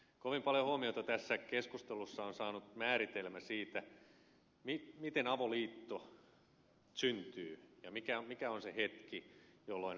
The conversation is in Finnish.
kovin paljon huomiota tässä keskustelussa on saanut määritelmä siitä miten avoliitto syntyy ja mikä on se hetki jolloin avoliitto syntyy